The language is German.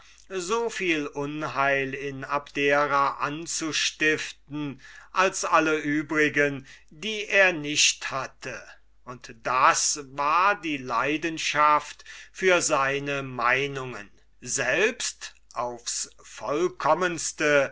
war soviel unheil in abdera anzustiften als alle übrigen die er nicht hatte und das war die leidenschaft für seine meinungen selbst aufs vollkommenste